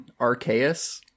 Arceus